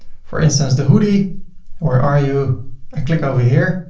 for instance, the hoodie where are you i click over here